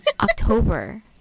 October